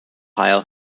pile